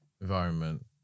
environment